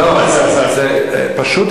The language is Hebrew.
פשוט,